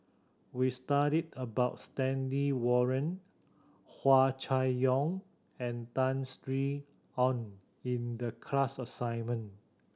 we studied about Stanley Warren Hua Chai Yong and Tan Sin Aun in the class assignment